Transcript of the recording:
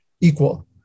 equal